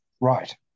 Right